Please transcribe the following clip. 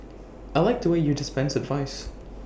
I liked the way you dispensed advice